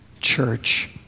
church